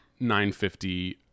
9:50